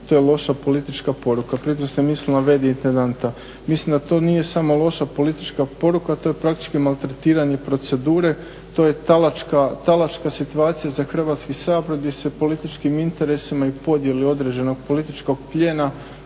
to je loša politička poruka, pritom ste mislili na v.d. intendanta. Mislim da to nije samo loša politička poruka, to je praktički maltretiranje procedure, to je talačka situacija za Hrvatski sabor gdje se političkim interesiram i podjeli određenog političkog plijena